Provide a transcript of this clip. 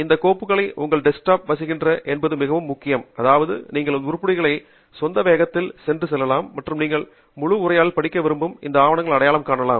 இந்த கோப்புகள் உங்கள் டெஸ்க்டாப்பில் வசிக்கின்றன என்பது மிகவும் முக்கியம் அதாவது நீங்கள் இந்த உருப்படிகளை உங்கள் சொந்த வேகத்தில் சென்று செல்லலாம் மற்றும் நீங்கள் முழு உரைகளையும் படிக்க விரும்பும் இந்த ஆவணங்களில் அடையாளம் காணலாம்